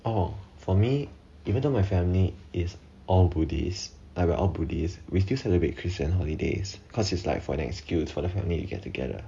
oh for me even though my family is all buddhist like we're all buddhist we still celebrate christian holidays cause it's like for an excuse for the family get together